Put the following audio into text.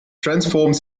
transformed